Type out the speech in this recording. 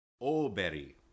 O'Berry